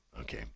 Okay